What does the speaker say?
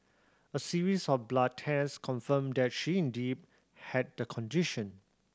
a series of blood test confirmed that she indeed had the condition